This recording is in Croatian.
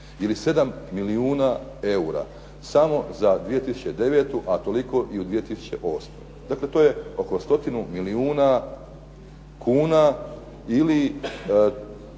ili 7 milijuna eura samo za 2009. a toliko i u 2008. Dakle, to je oko 100 milijuna kuna, ili